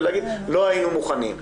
ולהגיד שלא הייתם מוכנים.